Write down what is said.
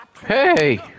Hey